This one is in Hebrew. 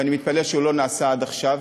ואני מתפלא שזה לא נעשה עד עכשיו,